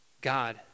God